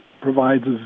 provides